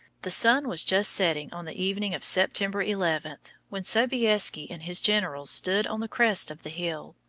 the sun was just setting on the evening of september eleven when sobieski and his generals stood on the crest of the hill.